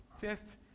Test